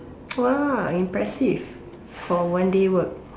!wah! impressive for one day work